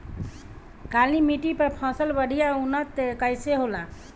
काली मिट्टी पर फसल बढ़िया उन्नत कैसे होला?